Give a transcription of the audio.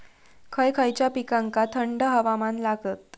खय खयच्या पिकांका थंड हवामान लागतं?